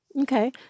Okay